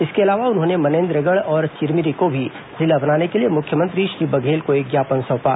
इसके अलावा उन्होंने मनेन्द्रगढ़ और चिरमिरी को भी जिला बनाने के लिए मुख्यमंत्री श्री बघेल को एक ज्ञापन सौंपा